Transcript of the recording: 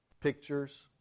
pictures